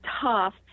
tough